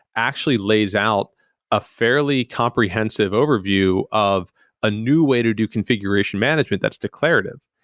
actually lays out a fairly comprehensive overview of a new way to do configuration management that's declarative.